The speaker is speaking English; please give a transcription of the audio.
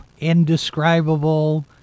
indescribable